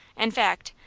in fact,